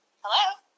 Hello